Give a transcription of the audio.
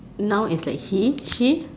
now is like he she